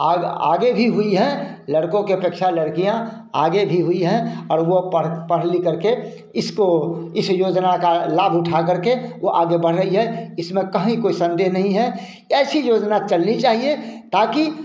आग आगे भी हुई हैं लड़कों के अपेक्षा लड़कियाँ आगे भी हुई हैं और वे पढ़ पढ़ लिख कर के इसको इस योजना का लाभ उठाकर के वे आगे बढ़ रही हैं इसमें कहीं कोई संदेह नहीं है ऐसी योजना चलनी चाहिए ताकि